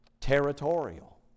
territorial